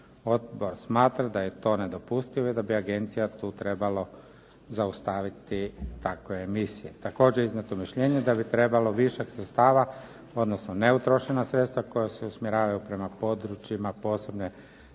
Odbor smatra da je to nedopustivo i da bi agencija tu trebala zaustaviti takve emisije. Također je iznijeto mišljenje da bi trebalo višak sredstava, odnosno neutrošena sredstva koja se usmjeravaju prema područjima posebne